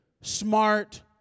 smart